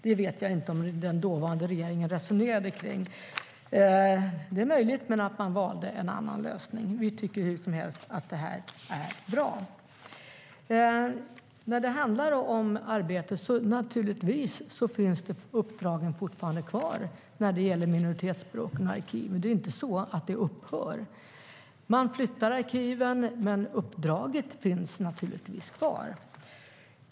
Det är möjligt att man resonerade så, men man valde en annan lösning. Vi tycker hur som helst att det här är bra. Naturligtvis finns uppdragen fortfarande kvar när det gäller minoritetsspråk och arkiv. Uppdraget upphör ju inte. Man flyttar arkiven, men uppdraget finns ju kvar.